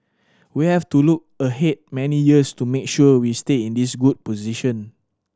we have to look ahead many years to make sure we stay in this good position